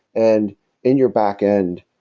and in your back-end,